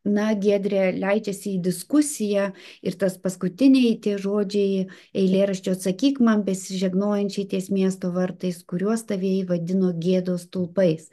na giedrė leidžiasi į diskusiją ir tas paskutiniai tie žodžiai eilėraščio atsakyk man besižegnojančiai ties miesto vartais kuriuos tavieji vadino gėdos stulpais